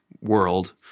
world